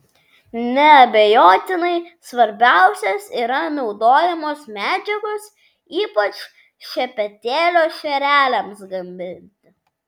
neabejotinai svarbiausios yra naudojamos medžiagos ypač šepetėlio šereliams gaminti